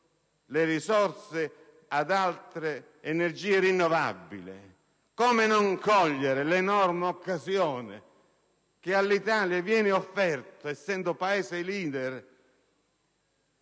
le risorse ad altre energie rinnovabili. Come non cogliere l'enorme occasione che all'Italia viene offerta, essendo Paese leader